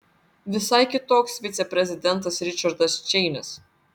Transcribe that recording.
visai kitoks viceprezidentas ričardas čeinis